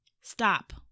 Stop